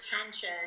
attention